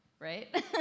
right